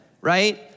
right